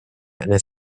eines